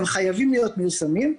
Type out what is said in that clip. והם חייבים להיות מיושמים.